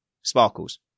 Sparkles